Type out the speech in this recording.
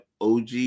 OG